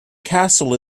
castle